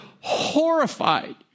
horrified